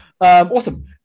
awesome